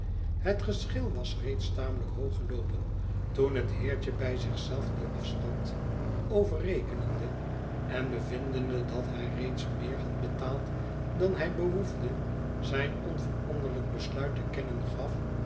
het geschil was reeds tamelijk hoog geloopen toen het heertje bij zich zelf den afstand overrekenende en bevindende dat hij reeds meer had betaald dan hij behoefde zijn onveranderlijk besluit te kennen gaf